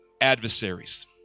adversaries